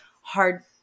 hard